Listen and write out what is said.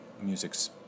music's